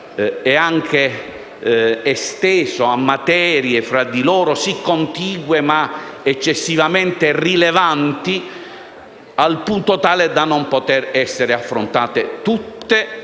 ed esteso a materie sì contigue ma eccessivamente rilevanti, al punto tale da non poter essere affrontate tutte